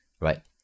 right